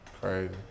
Crazy